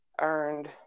earned